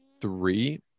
three